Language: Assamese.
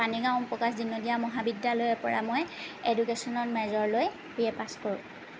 পানীগাঁও প্ৰকাশ দিননীয়া মহাবিদ্যালয়ৰ পৰা মই এডুকেচনত মেজৰ লৈ বি এ পাছ কৰোঁ